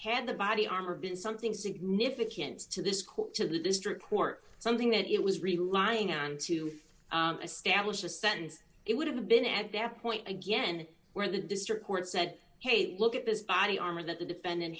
had the body armor been something significant to this court to the district court something that it was relying on to establish a sentence it would have been at their point again where the district court said hey look at this body armor that the defendant